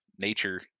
nature